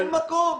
אין מקום.